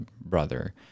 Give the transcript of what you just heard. brother